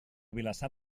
vilassar